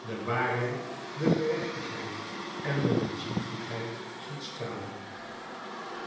de waarheid de gerechtigheid en de menschlievendheid ziet stralen